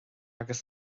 agus